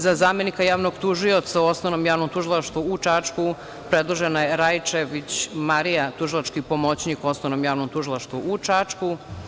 Za zamenika javnog tužioca u Osnovnom javnom tužilaštvu u Čačku predložena je Raičević Marija, tužilački pomoćnik u Osnovnom javnom tužilaštvu u Čačku.